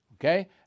Okay